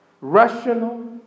rational